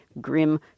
grim